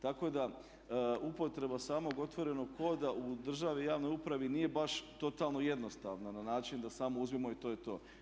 Tako da upotreba samog otvorenog koda u državi u javnoj upravi nije baš totalno jednostavna na način da samo uzmemo i to je to.